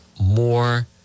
more